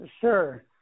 Sure